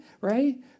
right